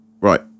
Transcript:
right